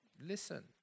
Listen